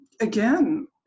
again